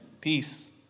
peace